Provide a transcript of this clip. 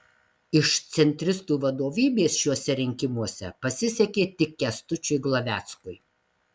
iš centristų vadovybės šiuose rinkimuose pasisekė tik kęstučiui glaveckui